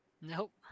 Nope